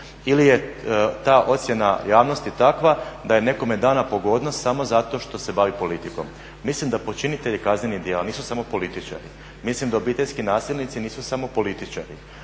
ili je ta ocjena javnosti takva da je nekome dana pogodnost samo zato što se bavi politikom? Mislim da počinitelji kaznenih djela nisu samo političari, mislim da obiteljski nasilnici nisu samo političari.